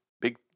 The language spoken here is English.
big